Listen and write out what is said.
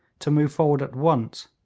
to move forward at once,